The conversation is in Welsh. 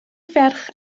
ferch